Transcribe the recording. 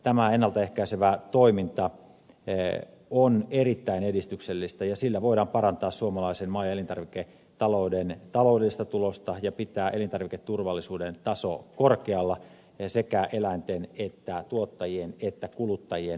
tämä ennalta ehkäisevä toiminta on erittäin edistyksellistä ja sillä voidaan parantaa suomalaisen maa ja elintarviketalouden taloudellista tulosta ja pitää elintarviketurvallisuuden taso korkealla sekä eläinten että tuottajien ja kuluttajien näkökulmista